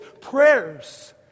prayers